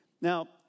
Now